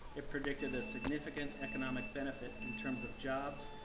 it predicted a significant economic benefit in terms of jobs,